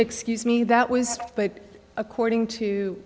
excuse me that was but according to